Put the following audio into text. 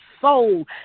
soul